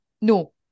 no